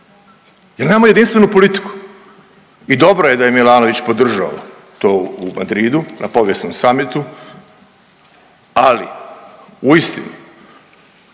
batinu jer jedinstvenu politiku. I dobro je da je Milanović podržao to u Madridu na povijesnom samitu. Ali, uistinu